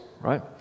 right